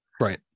Right